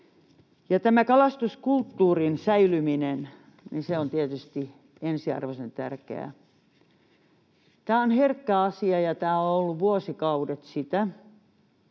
Tämä kalastuskulttuurin säilyminen on tietysti ensiarvoisen tärkeää. Tämä on herkkä asia, ja tämä on ollut vuosikaudet sitä.